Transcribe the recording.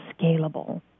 scalable